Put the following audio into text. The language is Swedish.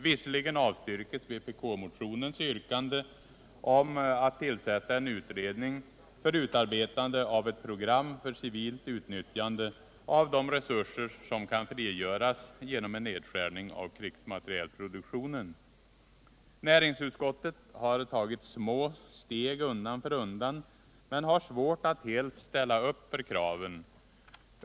Visserligen avstyrks vpk-motionens yrkande om att tillsätta en utredning för utarbetande av ett program för civilt utnyttjande av de resurser som kan frigöras genom en nedskärning av krigsmaterielproduktionen. Näringsutskottet har tagit små steg undan för undan, men har svårt att helt ställa upp för kraven.